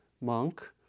monk